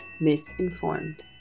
misinformed